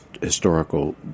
historical